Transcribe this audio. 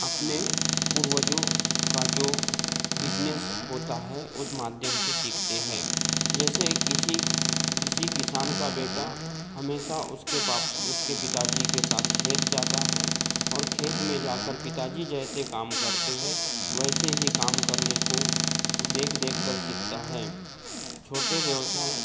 अपने पूर्वजों का जो बिज़नेस होता है उस माध्यम से सीखते है जैसे किसी किसी किसान का बेटा हमेशा उसके बाप उसके बाप उसके पिताजी के साथ खेत जाता है और खेत में जाकर पिताजी जैसे काम करते हैं वैसे ही काम करने को देख देख कर सिखता है छोटे व्यवसाय